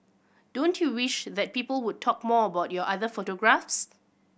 don't you wish that people would talk more about your other photographs